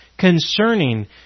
concerning